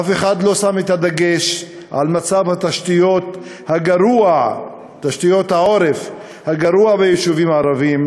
אף אחד לא שם את הדגש על מצב תשתיות העורף הגרוע ביישובים הערביים,